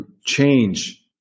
change